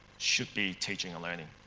should be teaching and learning.